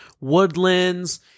Woodlands